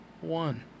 one